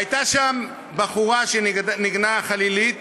הייתה שם בחורה שניגנה בחלילית